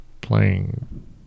playing